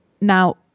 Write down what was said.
Now